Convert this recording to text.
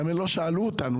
לא שאלו אותנו,